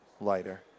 lighter